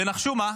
ונחשו מה,